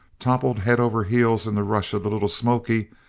toppled head over heels in the rush of the little smoky,